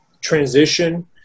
transition